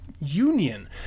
union